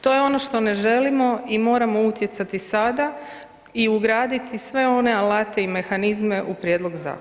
To je ono što ne želimo i moramo utjecati sada i ugraditi sve one alate i mehanizme u prijedlog zakona.